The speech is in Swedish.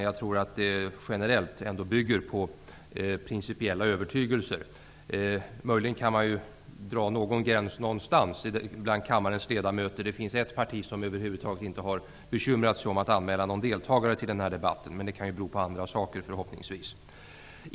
Jag tror att det generellt bygger på principiell övertygelse. Möjligen kan man dra någon gräns bland kammarens ledamöter. Det finns ett parti som över huvud taget inte har bekymrat sig om att anmäla någon deltagare till denna debatt. Men det kan ju bero på andra saker, förhoppningsvis.